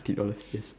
thirty dollars yes